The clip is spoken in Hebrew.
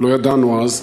לא ידענו אז,